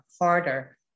harder